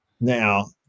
now